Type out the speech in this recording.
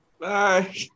bye